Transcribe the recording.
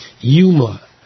Yuma